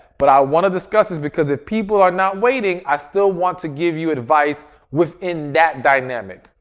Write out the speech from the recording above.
but i want to discuss this because if people are not waiting, i still want to give you advice within that dynamic,